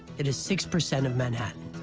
it is six percent of manhattan.